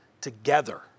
together